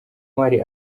ntwari